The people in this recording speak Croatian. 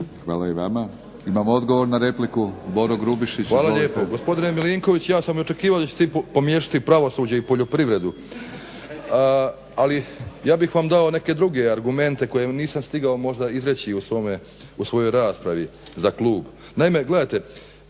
Hvala i vama. Imamo odgovor na repliku, Boro Grubišić. Izvolite. **Grubišić, Boro (HDSSB)** Hvala lijepo. Gospodine Milinković ja sam i očekivao da ćete vi pomiješati pravosuđe i poljoprivredu ali ja bih vam dao neke druge argumente koje vam nisam stigao možda izreći u svojoj raspravi za klub. Naime, gledajte